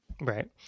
right